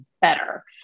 better